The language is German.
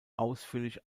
ausführlich